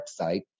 website